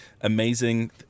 amazing